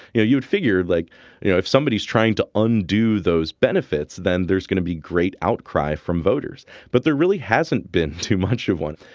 you know you'd figure like you know if somebody is trying to undo those benefits then there's going to be great outcry from voters but there really hasn't been too much of one.